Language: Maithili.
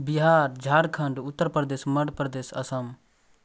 बिहार झारखंड उत्तरप्रदेश मध्यप्रदेश असम